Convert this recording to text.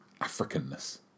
Africanness